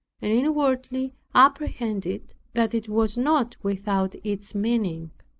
and inwardly apprehended that it was not without its meaning.